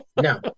No